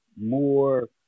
more